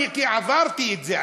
אני עברתי את זה,